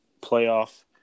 playoff